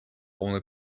only